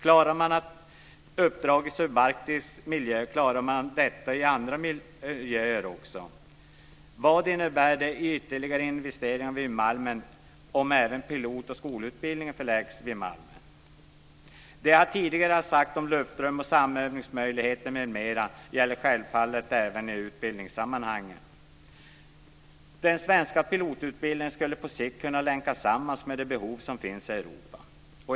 Klarar man uppdrag i subarktisk miljö klarar man detta i andra miljöer också. Vad innebär det i ytterligare investeringar vid Malmen om även pilot och skolutbildningen förläggs vid Det jag tidigare sagt om luftrum och samövningsmöjligheter m.m. gäller självfallet även i utbildningssammanhang. Den svenska pilotutbildningen skulle på sikt kunna länkas samman med de behov som finns i Europa.